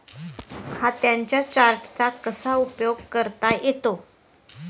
खात्यांच्या चार्टचा कसा उपयोग करता येतो?